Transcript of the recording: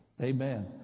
Amen